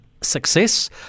success